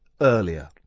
earlier